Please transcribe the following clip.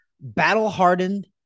battle-hardened